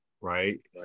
Right